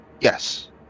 Yes